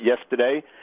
yesterday